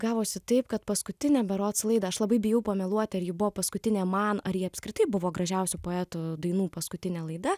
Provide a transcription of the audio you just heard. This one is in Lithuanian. gavosi taip kad paskutinę berods laidą aš labai bijau pameluoti ar ji buvo paskutinė man ar ji apskritai buvo gražiausių poetų dainų paskutinė laida